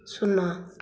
ଶୂନ